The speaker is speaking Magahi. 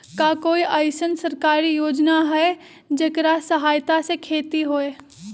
का कोई अईसन सरकारी योजना है जेकरा सहायता से खेती होय?